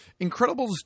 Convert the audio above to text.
Incredibles